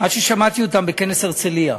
עד ששמעתי אותם בכנס הרצלייה,